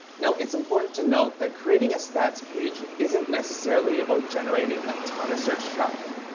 now, it's important to note that creating a stats page isn't necessarily about generating a ton of search traffic.